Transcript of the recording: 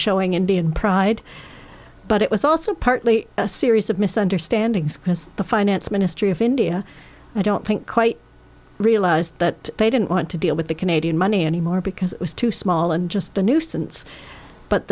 showing indian pride but it was also partly a series of misunderstandings because the finance ministry of india i don't think quite realised that they didn't want to deal with the canadian money anymore because it was too small and just a nuisance but